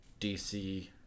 DC